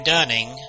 Dunning